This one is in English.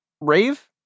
rave